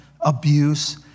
abuse